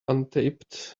untaped